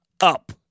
up